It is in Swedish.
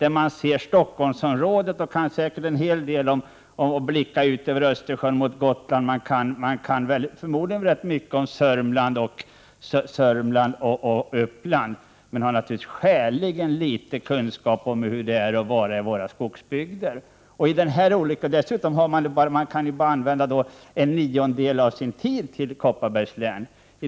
Här kan man se Stockholmsområdet, och man kan blicka ut mot Östersjön och Gotland. Förmodligen kan man också rätt mycket om Södermanland och Uppland. Men man har naturligtvis skäligen litet kunskap om hur det är i våra skogsbygder. Dessutom kan man ju använda bara en niondel av sin tid för Kopparbergs län.